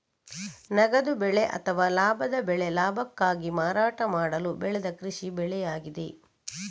ನಗದು ಬೆಳೆ ಅಥವಾ ಲಾಭದ ಬೆಳೆ ಲಾಭಕ್ಕಾಗಿ ಮಾರಾಟ ಮಾಡಲು ಬೆಳೆದ ಕೃಷಿ ಬೆಳೆಯಾಗಿದೆ